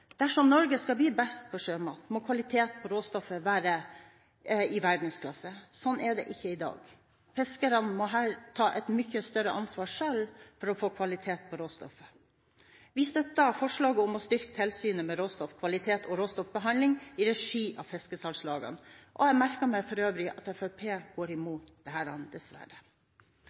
dersom Norge skal bli best på sjømat, må kvaliteten på råstoffet være i verdensklasse. Slik er det ikke i dag. Fiskerne må her ta et mye større ansvar selv for kvalitet på råstoffet. Vi støtter forslaget om å styrke tilsynet med råstoffkvalitet og råstoffbehandling i regi av fiskesalgslagene. Jeg merker meg for øvrig at Fremskrittspartiet går imot dette, dessverre. Investeringer i innovasjon og teknologiutvikling er viktig for å sikre lønnsom landindustri i framtiden. Det